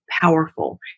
powerful